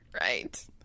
Right